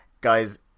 Guys